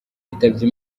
yitabye